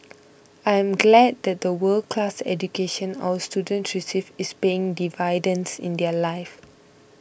I am glad that the world class education our students receive is paying dividends in their lives